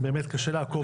קשה לעקוב.